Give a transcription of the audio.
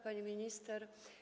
Pani Minister!